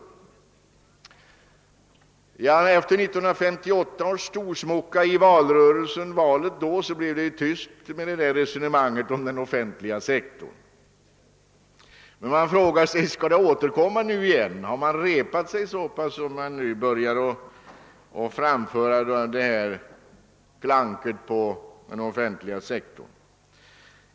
Efter 1958 års storsmocka i valet tystnade talet om en begränsning av den offentliga sektorn. Skall det återkomma nu igen? Har man repat sig så mycket att man nu på nytt börjar klanka på den offentliga sektorn?